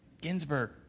Ginsburg